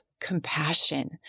compassion